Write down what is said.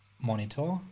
monitor